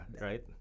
right